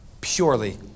Purely